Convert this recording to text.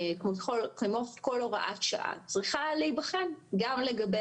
כמו כל הוראת שעה צריכה להיבחן גם לגבי